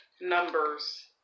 numbers